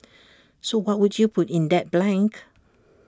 so what would you put in that blank